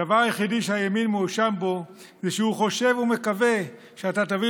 הדבר היחידי שהימין מואשם בו זה שהוא חושב ומקווה שאתה תביא